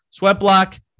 SweatBlock